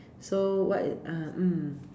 so what is uh mm